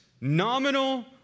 nominal